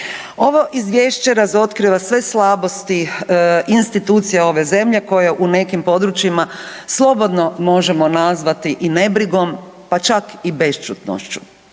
Ovo izvješće razotkriva sve slabosti institucija ove zemlje koje u nekim područjima slobodno možemo nazvati i nebrigom pa čak i bešćutnošću.